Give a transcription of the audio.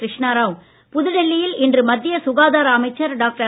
கிருஷ்ணாராவ் புதுடில்லியில் இன்று மத்திய சுகாதார அமைச்சர் டாக்டர்